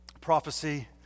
prophecy